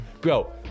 bro